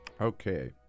Okay